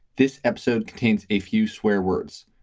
this episode contains a few swear words.